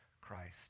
Christ